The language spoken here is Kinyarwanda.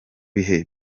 bihe